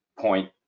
point